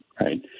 right